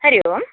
Hari Om